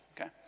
Okay